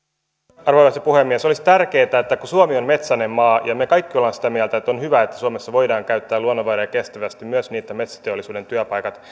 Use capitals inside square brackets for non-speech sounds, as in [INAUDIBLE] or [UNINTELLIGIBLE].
arvoisa puhemies olisi tärkeätä että kun suomi on metsäinen maa ja me kaikki olemme sitä mieltä että on hyvä että suomessa voidaan käyttää luonnonvaroja kestävästi myös niin että metsäteollisuuden työpaikat [UNINTELLIGIBLE]